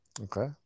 okay